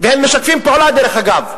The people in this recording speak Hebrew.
והם משתפים פעולה, דרך אגב.